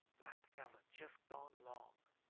black fellow just gone long.